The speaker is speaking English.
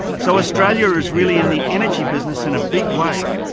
so australia is really in the energy business in a big way,